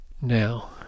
Now